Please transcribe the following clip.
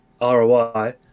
ROI